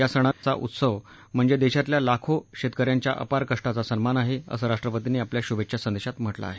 या सणांचा उत्सव म्हणजे देशातल्या लाखो शेतकऱ्यांच्या अपार कष्टाचा सन्मान आहे असं राष्ट्रपतींनी आपल्या शुभेच्छा संदेशात म्हटलं आहे